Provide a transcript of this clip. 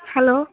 hello